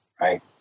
right